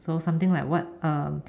so something like what um